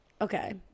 Okay